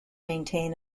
maintain